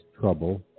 trouble